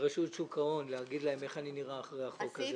לרשות שוק ההון איך אני נראה ברחוב אחרי החוק הזה.